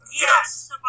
Yes